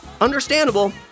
understandable